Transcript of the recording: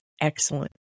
excellent